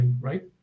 right